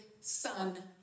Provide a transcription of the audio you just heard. son